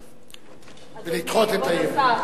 גדול, ולדחות את האי-אמון.